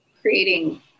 creating